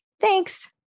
thanks